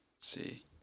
see